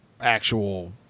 actual